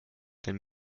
wenn